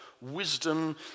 wisdom